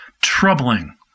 troubling